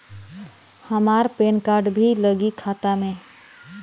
हमार PAN card भी लगी खाता में?